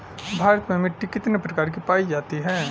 भारत में मिट्टी कितने प्रकार की पाई जाती हैं?